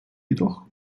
jedoch